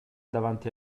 davanti